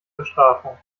bestrafung